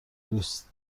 دوستت